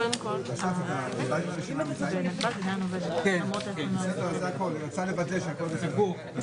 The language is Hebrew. הישיבה ננעלה בשעה 10:09.